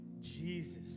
Jesus